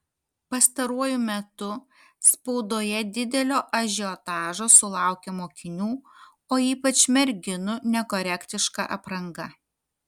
pastaruoju metu spaudoje didelio ažiotažo sulaukia mokinių o ypač merginų nekorektiška apranga